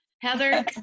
Heather